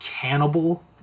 Cannibal